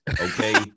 okay